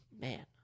man